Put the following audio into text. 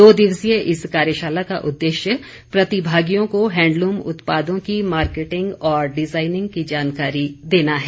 दो दिवसीय इस कार्यशाला का उदेश्य प्रतिभागिओं को हैंडलूम उत्पादों की मार्केटिंग और डिजाईनिंग की जानकारी देना है